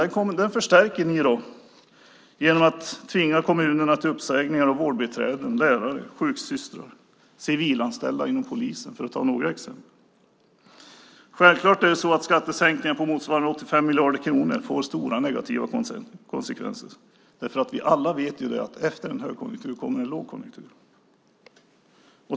Ni förstärker jobbkrisen genom att tvinga kommunerna till uppsägningar av vårdbiträden, lärare, sjuksystrar och civilanställda inom polisen, för att några exempel. Självklart är det så att skattesänkningar på motsvarande 85 miljarder kronor får stora negativa konsekvenser. Vi vet alla att efter en högkonjunktur kommer en lågkonjunktur.